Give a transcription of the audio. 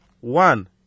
one